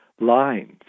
lines